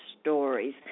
stories